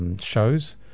shows